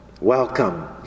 Welcome